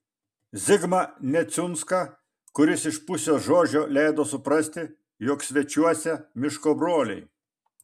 zigmą neciunską kuris iš pusės žodžio leido suprasti jog svečiuose miško broliai